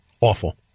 Awful